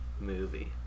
movie